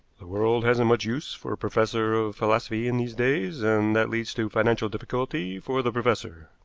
the world hasn't much use for a professor of philosophy in these days, and that leads to financial difficulty for the professor,